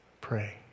Pray